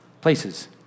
places